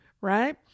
right